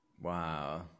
Wow